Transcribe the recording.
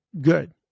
good